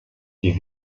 die